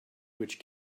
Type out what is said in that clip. which